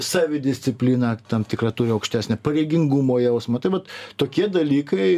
savidiscipliną tam tikrą turi aukštesnę pareigingumo jausmą tai vat tokie dalykai